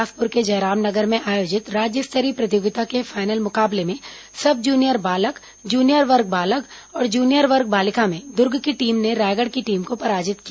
बिलासपुर के जयराम नगर में आयोजित राज्य स्तरीय प्रतियोगिता के फाइनल मुकाबले में सब जूनियर बालक जूनियर वर्ग बालक और जूनियर वर्ग बालिका में दुर्ग की टीम ने रायगढ़ की टीम को पराजित किया